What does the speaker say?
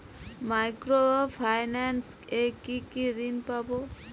Micro finance এ কি কি ঋণ পাবো?